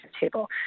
table